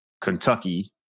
Kentucky